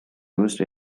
used